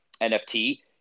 NFT